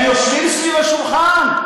הם יושבים סביב השולחן,